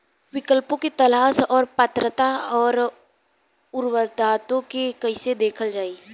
विकल्पों के तलाश और पात्रता और अउरदावों के कइसे देखल जाइ?